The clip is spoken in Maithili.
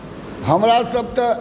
हमरासभ तऽ